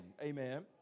amen